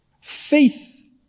faith